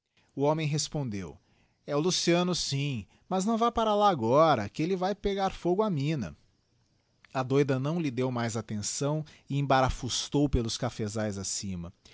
o homem respondeu e o luciano sim mas não vá para lá agora que elle vae pegar fogo á mina a douda não lhe deu mais attenção e embarafustou pelos cafesaes acima